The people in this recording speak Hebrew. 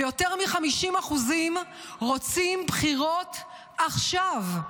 ויותר מ-50% רוצים בחירות עכשיו.